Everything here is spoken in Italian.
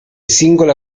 singole